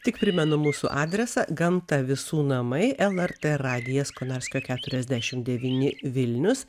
tik primenu mūsų adresą gamta visų namai lrt radijas konarskio keturiasdešim devyni vilnius